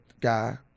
guy